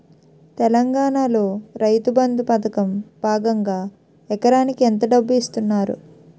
తెలంగాణలో రైతుబంధు పథకం భాగంగా ఎకరానికి ఎంత డబ్బు ఇస్తున్నారు?